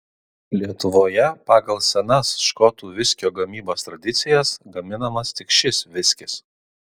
lietuvoje pagal senas škotų viskio gamybos tradicijas gaminamas tik šis viskis